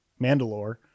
mandalore